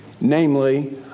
namely